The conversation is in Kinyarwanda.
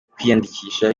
kwiyandikisha